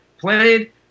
played